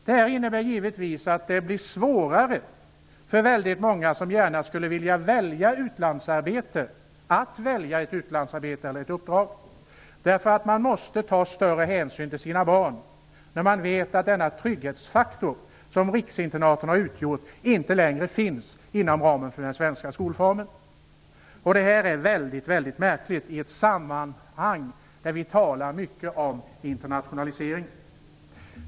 Detta innebär givetvis att det blir svårare för många som gärna skulle vilja välja ett utlandsarbete eller ett utlandsuppdrag att göra detta. Man måste ju ta hänsyn till sina barn. Detta blir svårare om man vet att den trygghetsfaktor som riksinternaten har utgjort inte längre finns inom ramen för den svenska skolformen. Detta är väldigt märkligt i ett sammanhang där vi talar mycket om internationalisering.